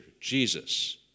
Jesus